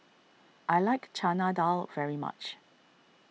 I like Chana Dal very much